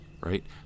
right